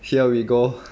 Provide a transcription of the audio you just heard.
here we go